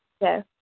Yes